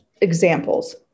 examples